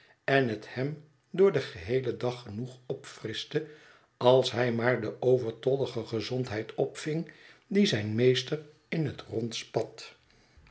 en het hem voor den geheelen dag genoeg opfrischte als hij maar de overtollige gezondheid opving die zijn meester in het rond spat